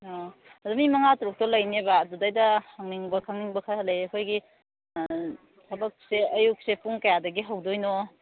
ꯑꯥ ꯑꯗꯣ ꯃꯤ ꯃꯉꯥ ꯇꯔꯨꯛꯇꯣ ꯂꯩꯅꯦꯕ ꯑꯗꯨꯗꯩꯗ ꯍꯪꯅꯤꯡꯕ ꯈꯪꯅꯤꯡꯕ ꯈꯔ ꯂꯩ ꯑꯩꯈꯣꯏꯒꯤ ꯊꯕꯛꯁꯦ ꯑꯌꯨꯛꯁꯦ ꯄꯨꯡ ꯀꯌꯥꯗꯒꯤ ꯍꯧꯗꯣꯏꯅꯣ